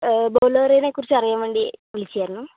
ബൊലേറോനെ കുറിച്ച് അറിയാൻ വേണ്ടി വിളിച്ചതായിരുന്നു